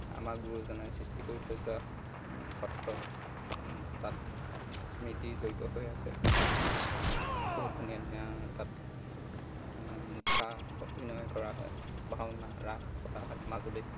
আমাৰ গুৰুজনাই সৃষ্টি কৰি থৈ যোৱা সত্ৰ তাত স্মৃতি জড়িত হৈ আছে বহুত ধুনীয়া ধুনীয়া তাত মুখা অভিনয় কৰা হয় ভাওনা ৰাস পতা হয় মাজুলীত